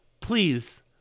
please